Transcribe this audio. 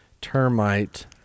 termite